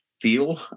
feel